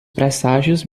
presságios